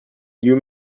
you